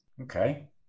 okay